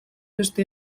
beste